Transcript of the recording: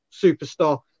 superstar